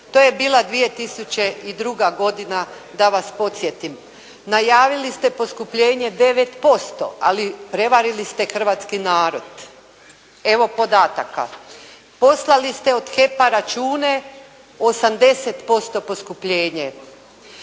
To je bila 2002. godina da vas podsjetim. Najavili ste poskupljenje 9%, ali prevarili ste hrvatski narod. Evo podataka. Poslali ste od HEP-a račune 80% poskupljenje.